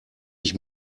ich